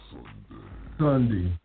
Sunday